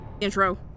Intro